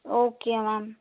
okay ma'am